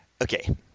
Okay